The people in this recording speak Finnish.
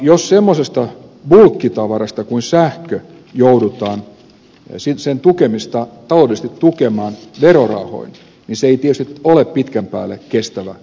jos semmoisen bulkkitavaran kuin sähkön tuotantoa joudutaan taloudellisesti tukemaan verorahoin se ei tietysti ole pitkän päälle kestävä lähtökohta